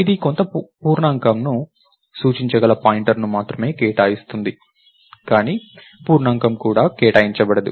ఇది కొంత పూర్ణాంకం ను సూచించగల పాయింటర్ను మాత్రమే కేటాయిస్తుంది కానీ పూర్ణాంకం కూడా కేటాయించబడదు